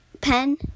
pen